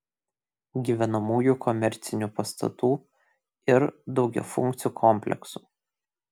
gyvenamųjų komercinių pastatų ir daugiafunkcių kompleksų